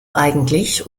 eigentlich